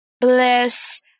bliss